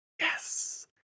Yes